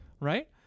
Right